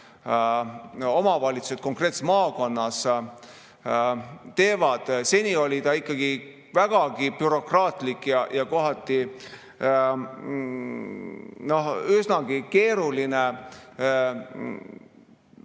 omavalitsused konkreetses maakonnas teevad. Seni oli see ikkagi vägagi bürokraatlik ja kohati üsnagi keeruline. Meil